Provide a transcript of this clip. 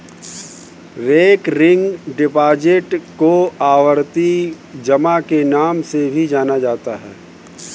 recurring deposit को आवर्ती जमा के नाम से भी जाना जाता है